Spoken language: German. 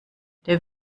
der